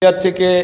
ইয়ার থেকে